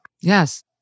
Yes